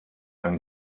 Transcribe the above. ein